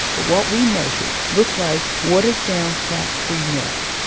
but what we measured looked like watered-down fat-free milk,